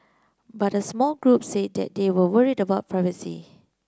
but a small group said that they were worried about privacy